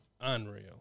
unreal